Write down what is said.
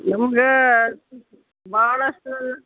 ನಮ್ಗೆ ಭಾಳಷ್ಟು